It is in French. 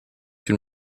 une